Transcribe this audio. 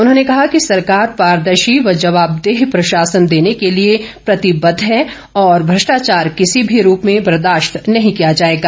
उन्होंने कहा कि सरकार पारदर्शी व जवाब देय प्रशासन देने के लिए प्रतिबद्ध है और भ्रष्टाचार किसी भी रूप में बर्दाशत नहीं किया जाएगा